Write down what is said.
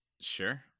Sure